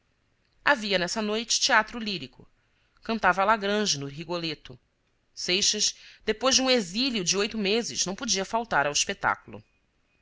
havia nessa noite teatro lírico cantava lagrange no rigoletto seixas depois de um exílio de oito meses não podia faltar ao espetáculo